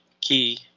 key